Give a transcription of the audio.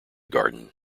garden